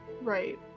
right